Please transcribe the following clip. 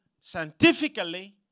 Scientifically